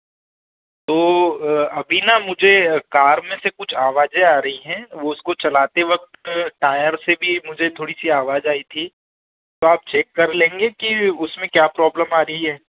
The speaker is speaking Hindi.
तो अभी ना मुझे कार में से कुछ आवाज़ें आ रही हैं वह उसको चलाते वक़्त टायर से भी मुझे थोड़ी सी आवाज़ आई थी तो आप चेक कर लेंगे कि उसमें क्या प्रॉब्लम आ रही है